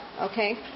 Okay